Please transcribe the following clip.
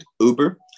Uber